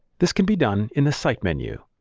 this can be done in the site menu.